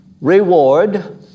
reward